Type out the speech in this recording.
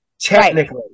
technically